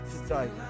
today